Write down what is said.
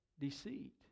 deceit